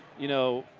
you know,